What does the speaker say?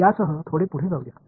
यासह थोडे पुढे जाऊया